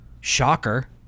Shocker